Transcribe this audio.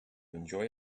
enjoy